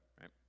right